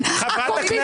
חנוך,